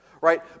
right